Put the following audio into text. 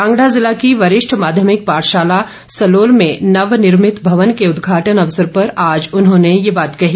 कांगड़ा ज़िला की वरिष्ठ माध्यमिक पाठशाला सलोल में नवनिर्मित भवन के उदघाटन अवसर पर आज उन्होंने ये बात कही